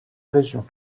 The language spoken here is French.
région